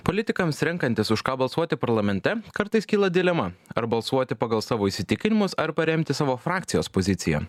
politikams renkantis už ką balsuoti parlamente kartais kyla dilema ar balsuoti pagal savo įsitikinimus ar paremti savo frakcijos poziciją